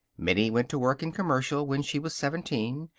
minnie went to work in commercial when she was seventeen,